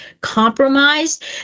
compromised